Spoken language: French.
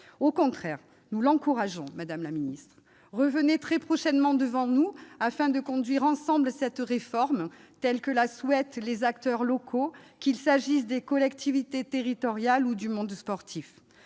Au contraire, nous l'encourageons ! Madame la ministre, revenez très prochainement devant nous, afin que nous conduisions ensemble cette réforme telle que la souhaitent les acteurs locaux, qu'il s'agisse des collectivités territoriales ou du monde sportif.